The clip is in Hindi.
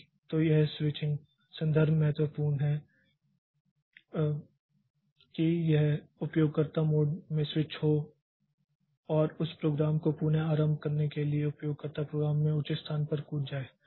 तो यह स्विचिंग संदर्भ महत्वपूर्ण है कि यह उपयोगकर्ता मोड में स्विच हो और उस प्रोग्राम को पुनः आरंभ करने के लिए उपयोगकर्ता प्रोग्राम में उचित स्थान पर कूद जाए